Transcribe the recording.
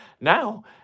Now